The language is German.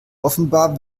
offenbar